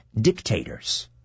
dictators